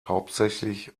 hauptsächlich